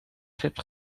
schip